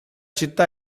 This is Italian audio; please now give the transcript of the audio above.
città